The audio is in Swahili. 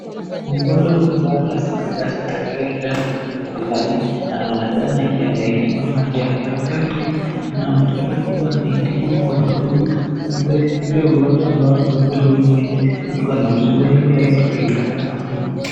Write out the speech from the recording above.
Mgonjwa huyu ambaye ameweza kuilaza katika kitanda hiki cha hospitalini ,anaonekana akiwa ameifunga macho .Daktari huyu anaonekana anaitibu mgonjwa huyu ile ugonjwa ambao mgonjwa huyu huenda inamsumbua iliwaweze kuipata nafuu.